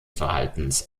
verhaltens